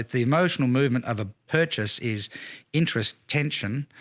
the emotional movement of a purchase is interest, tension,